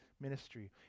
ministry